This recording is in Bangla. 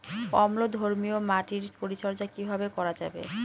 অম্লধর্মীয় মাটির পরিচর্যা কিভাবে করা যাবে?